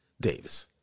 Davis